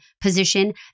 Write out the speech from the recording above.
position